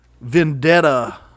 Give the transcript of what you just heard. vendetta